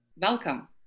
Welcome